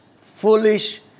foolish